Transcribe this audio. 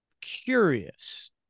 curious